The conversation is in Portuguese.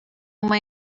uma